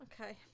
Okay